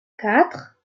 quatre